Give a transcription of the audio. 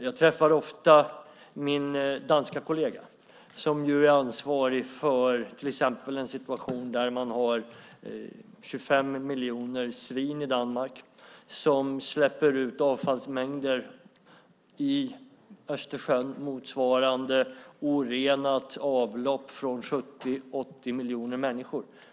Jag träffar också min danska kollega som är ansvarig för situationen att man har 25 miljoner svin i Danmark som släpper ut avfallsmängder i Östersjön motsvarande orenat avlopp från 70-80 miljoner människor.